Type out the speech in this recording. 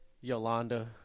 Yolanda